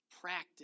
practice